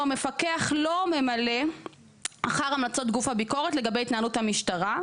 המפקח לא ממלא אחר המלצות גוף הביקורת לגבי התנהלות המשטרה".